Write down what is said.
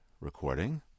recording